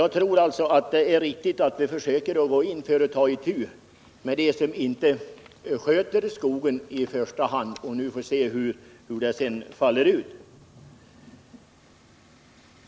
Jag tror att det är viktigt att vi i första hand försöker ta itu med dem som inte sköter skogen. Sedan får vi se hur det faller ut.